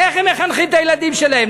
איך הם מחנכים את הילדים שלהם,